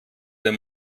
dem